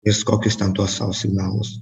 jis kokius ten tuos savo signalus